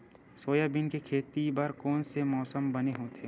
Soybean के खेती बर कोन से मौसम बने होथे?